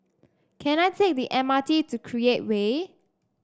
can I take the M R T to Create Way